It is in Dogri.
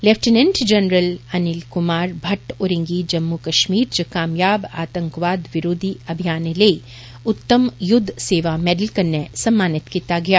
लैफ्टीनेंट जनरल अनिल कुमार भट्ट होरें गी जम्मू श्रीनगर च कामयाब आतंकवाद विरोधी अभियानें लेई युद्ध सेवा मैडल कन्नै सम्मानित कीता गेआ